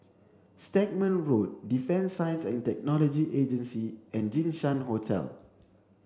Stagmont Road Defence Science and Technology Agency and Jinshan Hotel